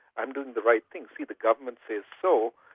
i'm doing the right thing. see, the government says so,